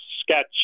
sketch